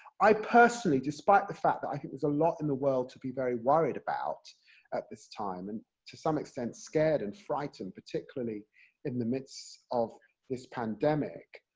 i personally, despite the fact that i think there's a lot in the world to be very worried about at this time, and to some extent scared, and frightened, particularly in the midst of this pandemic,